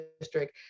District